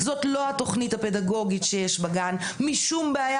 זאת לא התוכנית הפדגוגית שיש בגן משום בעיה